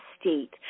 state